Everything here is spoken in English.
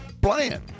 Bland